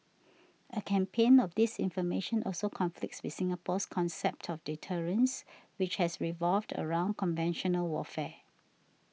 a campaign of disinformation also conflicts with Singapore's concept of deterrence which has revolved around conventional warfare